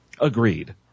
Agreed